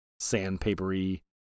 sandpapery